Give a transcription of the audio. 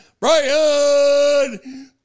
Brian